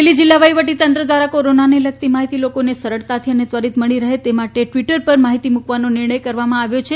અમરેલી જીલ્લા વહીવટી તંત્ર ધ્વારા કોરોનાને લગતી માહિતી લોકોને સરળતાથી અને ત્વરીત મળી રહે તે માટે ટવીટર પર માહિતી મુકવાનો નિર્ણય કરવામાં આવેલ છે